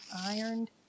ironed